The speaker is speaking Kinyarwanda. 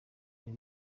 bihe